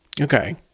Okay